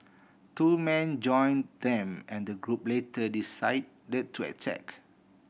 two men join them and the group later decide the to attack